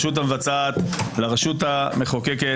לרשות המבצעת, לרשות המחוקקת.